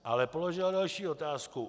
Ale položila další otázku.